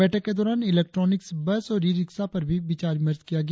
बैठक के दौरान इलेक्ट्रोनिक्स बस और ई रिक्शा पर भी विचार विमर्श किया गया